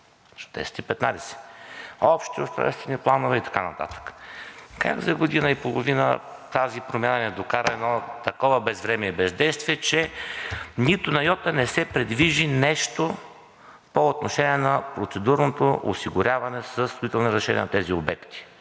10 и 15, общи устройствени планове и така нататък. Как за година и половина тази промяна ни докара едно такова безвремие и бездействие, че нито на йота не се придвижи нещо по отношение на процедурното осигуряване със строителни разрешения на тези обекти?